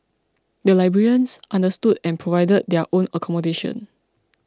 the librarians understood and provided their own accommodation